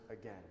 again